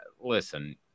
listen